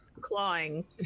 Clawing